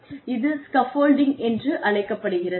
இது ஸ்காஃப்ஃபோல்டிங் என்று அழைக்கப்படுகிறது